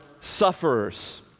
sufferers